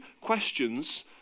questions